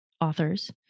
authors